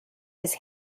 his